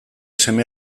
seme